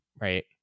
right